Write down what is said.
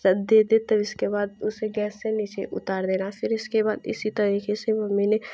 सब दे दे तब इसके बाद उसे गैस से नीचे उतार देना फ़िर इसके बाद इसी तरीके से वो मैंने